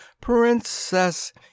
Princess